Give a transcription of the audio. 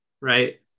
right